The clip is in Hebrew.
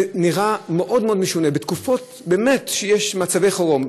זה נראה מאוד מאוד משונה בתקופות שיש מצבי חירום.